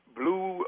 blue